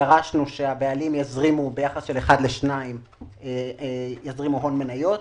דרשנו שהבעלים יזרימו ביחס של 1 ל-2 הון מניות,